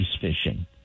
fishing